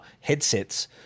headsets